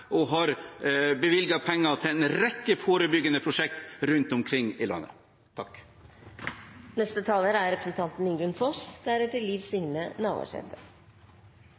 og har bevilget penger til en rekke forebyggende prosjekter rundt omkring i landet.